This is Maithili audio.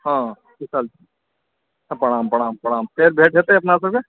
हँ कुशल प्रणाम प्रणाम फेर भेंट हेतै अपना सभके